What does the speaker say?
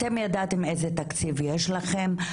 ידעתם איזה תקציב יש לכם,